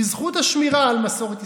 בזכות השמירה על מסורת ישראל.